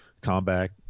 combat